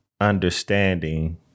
understanding